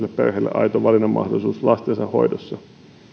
aito valinnanmahdollisuus lastensa hoidossa